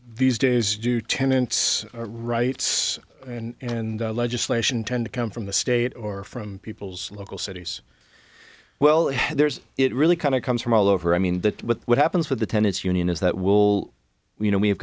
these days do tenants rights and legislation tend to come from the state or from people's local cities well there's it really kind of comes from all over i mean that what happens with the tenants union is that will you know we